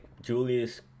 Julius